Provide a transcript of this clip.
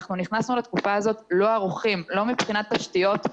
אנחנו נכנסנו לתקופה הזאת לא ערוכים לא מבחינת תשתיות,